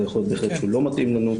אבל יכול להיות בהחלט שהוא לא מתאים לנו.